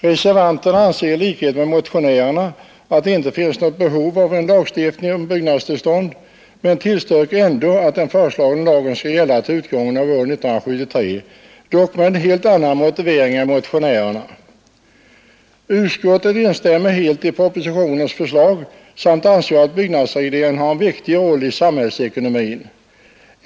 Reservanterna anser i likhet med motionärerna att det inte finns behov av en lagstiftning om byggnadstillstånd men tillstyrker ändå att den föreslagna lagen skall gälla till utgången av år 1973, dock med en helt annan motivering än motionärerna. Utskottet instämmer helt i propositionens förslag samt anser att byggnadsregleringen har en viktig roll i samhällsekonomin.